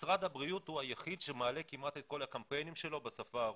משרד הבריאות הוא היחיד שמעלה כמעט את כל הקמפיינים שלו בשפה הרוסית,